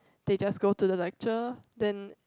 they just go to the lecture then